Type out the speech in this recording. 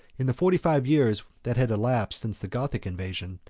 in the forty-five years that had elapsed since the gothic invasion,